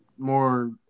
More